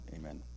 amen